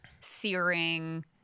searing